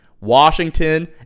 Washington